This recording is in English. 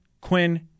Quinn